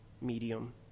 medium